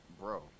Bro